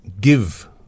give